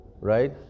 right